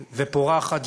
ופורחת.